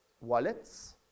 wallets